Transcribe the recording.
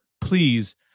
please